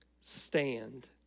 stand